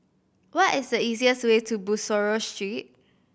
what is the easiest way to Bussorah Street